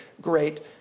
great